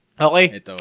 Okay